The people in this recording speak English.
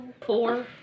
Four